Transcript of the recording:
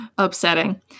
upsetting